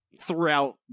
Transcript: throughout